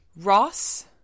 Ross